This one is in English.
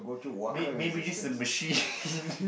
may maybe use the machine